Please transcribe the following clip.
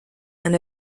and